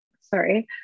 Sorry